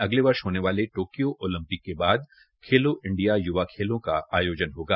अगले वर्ष होने वाले टोकियों ओलंपिक के बाद खेलों इंडिया यूथ गेम्स का आयोजन होगा